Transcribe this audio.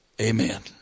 amen